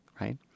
right